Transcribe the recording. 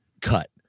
cut